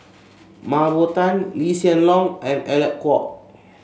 Mah Bow Tan Lee Hsien Loong and Alec Kuok